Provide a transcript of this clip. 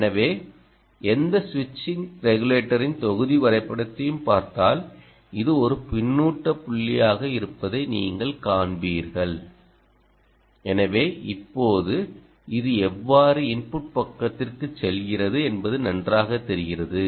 எனவே எந்த சுவிட்ச் ரெகுலேட்டரின் தொகுதி வரைபடத்தையும் பார்த்தால் இது ஒரு பின்னூட்ட புள்ளியாக இருப்பதை நீங்கள் காண்பீர்கள் எனவே இப்போது இது எவ்வாறு இன்புட் பக்கத்திற்கு செல்கிறது என்பது நன்றாக தெரிகிறது